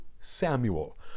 Samuel